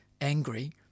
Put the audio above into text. angry